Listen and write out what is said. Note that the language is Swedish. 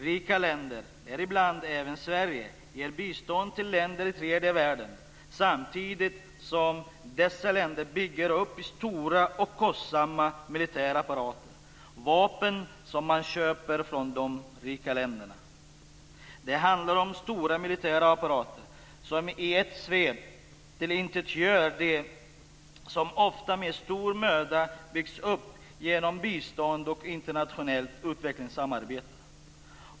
Rika länder, däribland även Sverige, ger bistånd till länder i tredje världen samtidigt som dessa länder bygger upp stora och kostsamma militärapparater med vapen som man köper från de rika länderna. Det handlar om stora militära apparater som i ett svep tillintetgör det som ofta med stor möda byggts upp genom bistånd och internationellt utvecklingssamarbete.